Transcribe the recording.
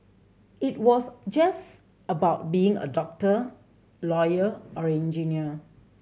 it was just about being a doctor lawyer or engineer